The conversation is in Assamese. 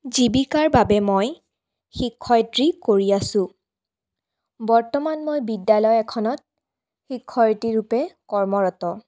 জীৱিকাৰ বাবে মই শিক্ষয়িত্ৰী কৰি আছো বৰ্তমান মই বিদ্য়ালয় এখনত শিক্ষয়িত্ৰীৰূপে কৰ্মৰত